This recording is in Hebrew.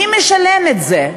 מי משלם את זה?